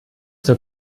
zur